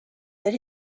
that